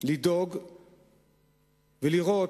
לדאוג ולראות,